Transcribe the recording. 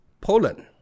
Poland